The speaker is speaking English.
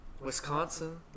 Wisconsin